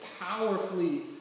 powerfully